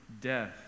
death